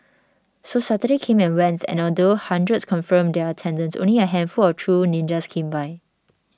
so Saturday came and went and although hundreds confirmed their attendance only a handful of true ninjas came by